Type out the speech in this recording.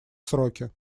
сроки